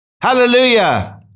Hallelujah